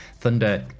Thunder